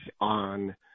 on